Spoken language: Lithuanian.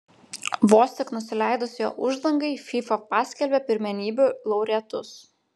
vos tik nusileidus jo uždangai fifa paskelbė pirmenybių laureatus